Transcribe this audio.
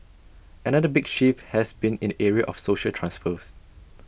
another big shift has been in the area of social transfers